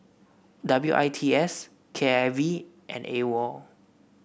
W I T S K I V and AWOL